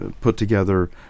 put-together